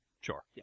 Sure